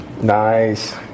nice